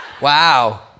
Wow